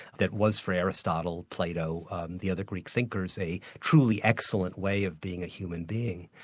that was for aristotle, plato, the other greek thinkers, a truly excellent way of being a human being.